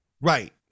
Right